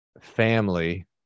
family